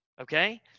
Okay